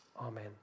Amen